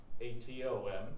A-T-O-M